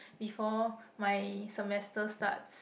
before my semester starts